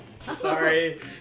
Sorry